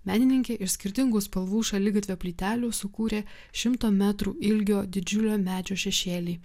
menininkė iš skirtingų spalvų šaligatvio plytelių sukūrė šimto metrų ilgio didžiulio medžio šešėlį